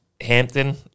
Hampton